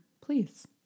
please